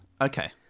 Okay